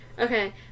Okay